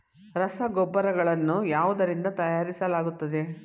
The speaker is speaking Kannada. ರಸಗೊಬ್ಬರಗಳನ್ನು ಯಾವುದರಿಂದ ತಯಾರಿಸಲಾಗುತ್ತದೆ?